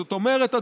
זאת אומרת,